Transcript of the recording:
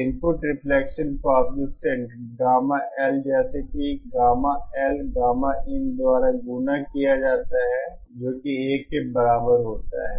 input reflection coefficient गामाL जैसे कि गामाL गामाin द्वारा गुणा किया जाता है जो कि 1 के बराबर होता है